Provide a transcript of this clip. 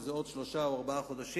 שזה עוד שלושה או ארבעה חודשים,